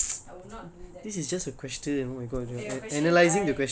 why why do I want to hurt both animals I would not do that